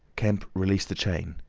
kemp released the chain,